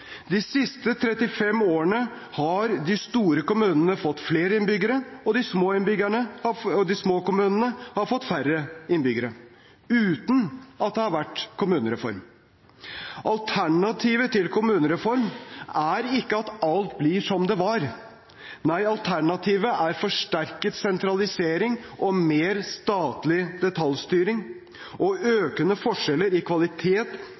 De siste 35 årene har de store kommunene fått flere innbyggere og de små kommunene færre innbyggere, uten at det har vært en kommunereform. Alternativet til kommunereform er ikke at alt blir som det var. Nei, alternativet er forsterket sentralisering, mer statlig detaljstyring og økende forskjeller i kvalitet